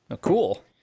cool